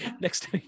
next